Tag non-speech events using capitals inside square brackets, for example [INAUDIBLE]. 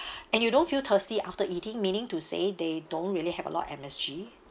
[BREATH] and you don't feel thirsty after eating meaning to say they don't really have a lot of M_S_G